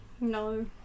No